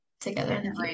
together